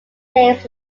names